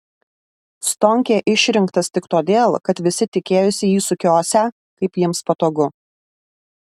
stonkė išrinktas tik todėl kad visi tikėjosi jį sukiosią kaip jiems patogu